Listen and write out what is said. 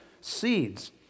seeds